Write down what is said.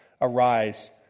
Arise